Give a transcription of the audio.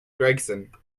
gregson